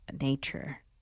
nature